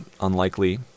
unlikely